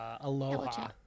Aloha